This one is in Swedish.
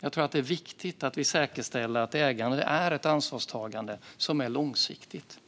Jag tror att det är viktigt att vi säkerställer att ägande är ett ansvarstagande som är långsiktigt.